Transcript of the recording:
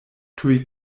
tuj